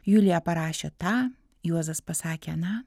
julija parašė tą juozas pasakė aną